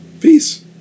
Peace